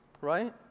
right